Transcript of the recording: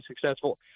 successful